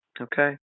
okay